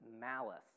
malice